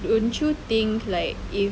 wouldn't you think like if